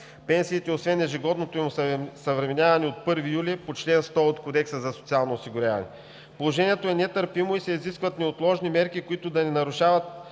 пенсиите освен ежегодното им осъвременяване от 1 юли по чл. 100 от Кодекса за социално осигуряване. Положението е нетърпимо и се изискват неотложни мерки, които да не нарушават